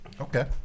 okay